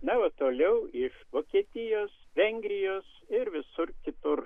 na o toliau iš vokietijos vengrijos ir visur kitur